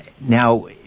Now